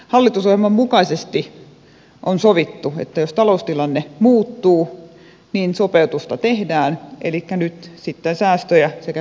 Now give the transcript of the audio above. hallitusohjelman mukaisesti on sovittu että jos taloustilanne muuttuu niin sopeutusta tehdään elikkä nyt sitten säästöjä sekä veronkorotuksia